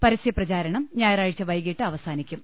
പരസ്യപ്രചാരണം ഞായറാഴ്ച ഉവെകിട്ട് അവ സാനിക്കും